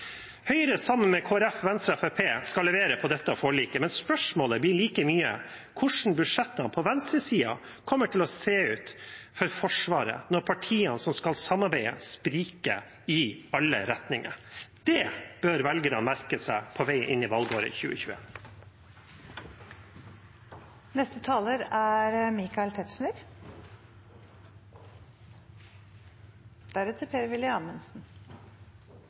Høyre, sammen med Kristelig Folkeparti, Venstre og Fremskrittspartiet, skal levere på dette forliket, men spørsmålet blir like mye hvordan budsjettene på venstresiden kommer til å se ut for Forsvaret når partiene som skal samarbeide, spriker i alle retninger. Det bør velgerne merke seg på vei inn i valgåret